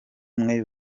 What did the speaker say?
umwe